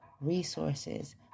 resources